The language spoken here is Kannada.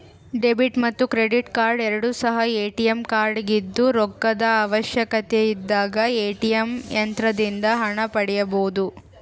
ಡೆಬಿಟ್ ಮತ್ತು ಕ್ರೆಡಿಟ್ ಕಾರ್ಡ್ ಎರಡು ಸಹ ಎ.ಟಿ.ಎಂ ಕಾರ್ಡಾಗಿದ್ದು ರೊಕ್ಕದ ಅವಶ್ಯಕತೆಯಿದ್ದಾಗ ಎ.ಟಿ.ಎಂ ಯಂತ್ರದಿಂದ ಹಣ ಪಡೆಯಬೊದು